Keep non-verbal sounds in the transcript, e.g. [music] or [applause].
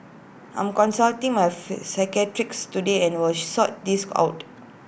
I'm consulting my [unintelligible] psychiatrist today and will she sort this out